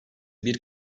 bir